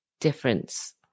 difference